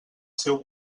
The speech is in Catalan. seu